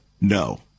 No